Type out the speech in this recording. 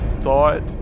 thought